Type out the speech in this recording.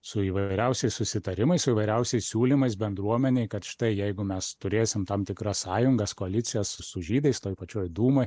su įvairiausiais susitarimais su įvairiausiais siūlymais bendruomenei kad štai jeigu mes turėsim tam tikras sąjungas koalicijas su žydais toj pačioj dūmoj